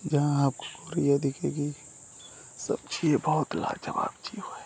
जहाँ आपको गौरय्या दिखेगी समझिए बहुत लाजवाब जीव है